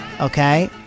okay